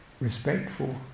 respectful